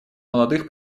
молодых